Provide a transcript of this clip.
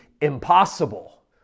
impossible